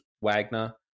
Wagner